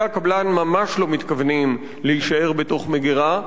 הקבלן ממש לא מתכוונים להישאר בתוך מגירה,